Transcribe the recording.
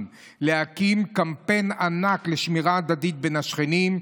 להקים קמפיין ענק לשמירה הדדית בין השכנים,